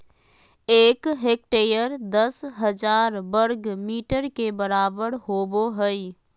एक हेक्टेयर दस हजार वर्ग मीटर के बराबर होबो हइ